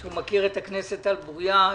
הוא מכיר את הכנסת על בוריה.